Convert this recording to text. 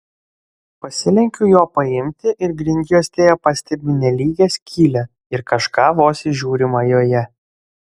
pasilenkiu jo paimti ir grindjuostėje pastebiu nelygią skylę ir kažką vos įžiūrima joje